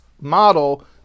model